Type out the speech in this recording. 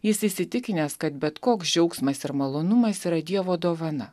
jis įsitikinęs kad bet koks džiaugsmas ir malonumas yra dievo dovana